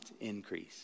increase